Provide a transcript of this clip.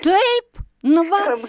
taip nu va